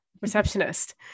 receptionist